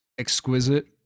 Exquisite